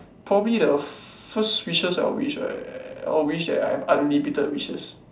probably the first wishes I will wish right I will wish that I have unlimited wishes